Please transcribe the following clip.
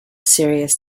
serious